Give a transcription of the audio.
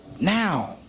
now